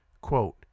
Quote